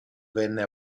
venne